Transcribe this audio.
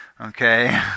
okay